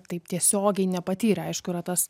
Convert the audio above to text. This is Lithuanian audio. taip tiesiogiai nepatyrė aišku yra tas